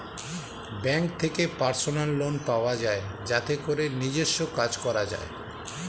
bank থেকে personal loan পাওয়া যায় যাতে করে নিজস্ব কাজ করা যায়